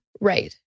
Right